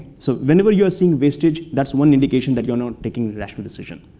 so whenever you're seeing wastage, that's one indication that you're not taking a rational decision.